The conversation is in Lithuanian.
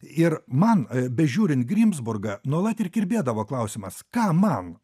ir man bežiūrint grims burgą nuolat ir kirbėdavo klausimas ką man